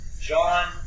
John